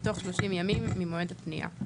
תוך 30 ימים ממועד הפנייה.